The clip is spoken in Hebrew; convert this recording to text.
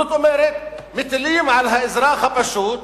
זאת אומרת, מטילים על האזרח הפשוט